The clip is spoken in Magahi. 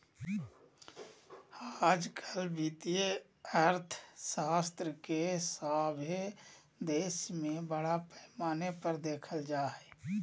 आजकल वित्तीय अर्थशास्त्र के सभे देश में बड़ा पैमाना पर देखल जा हइ